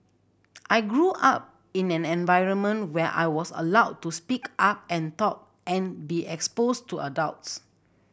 I grew up in an environment where I was allowed to speak up and talk and be exposed to adults